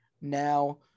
now